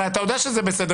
הרי אתה יודע שזה בסדר,